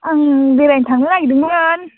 आं बेरायनो थांनो नागिरदोंमोन